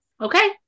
Okay